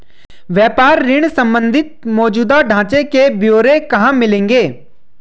व्यापार ऋण संबंधी मौजूदा ढांचे के ब्यौरे कहाँ मिलेंगे?